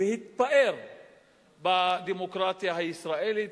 והתפאר בדמוקרטיה הישראלית,